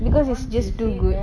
because it's just too good